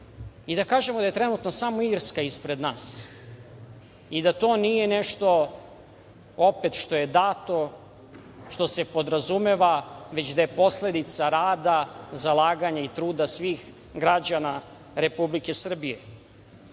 i da kažemo da je trenutno samo Irska ispred nas i da to nije nešto je dato, što se podrazumeva, već da je posledica rada, zalaganja i truda svih građana Republike Srbije.